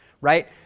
Right